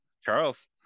Charles